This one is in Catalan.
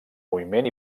moviment